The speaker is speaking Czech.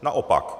Naopak.